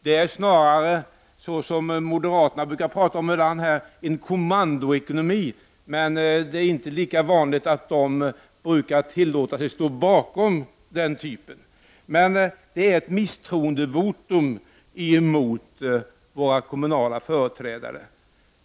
Det hör snarare till en kommandoekonomi, som moderaterna ibland pratar om, men som de inte brukar stå bakom. Det är ett misstroendevotum mot de kommunala företrädarna.